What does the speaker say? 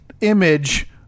image